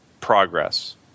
progress